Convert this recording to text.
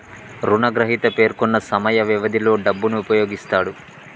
రుణగ్రహీత పేర్కొన్న సమయ వ్యవధిలో డబ్బును ఉపయోగిస్తాడు